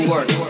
Work